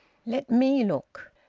let me look,